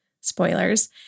spoilers